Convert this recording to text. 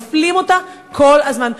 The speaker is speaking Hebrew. מפלים אותה כל הזמן.